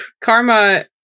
Karma